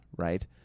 Right